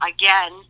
again